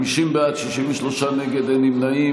בעד, 50, נגד, 63, אין נמנעים.